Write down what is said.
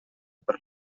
per